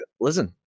Listen